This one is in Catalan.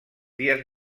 dies